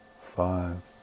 five